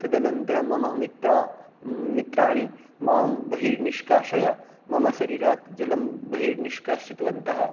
तदनन्तरं मम मित्रा मित्राणि मां बहिर्निष्कास्य मम शरीरात् जलं बहिर्निष्कासितवन्तः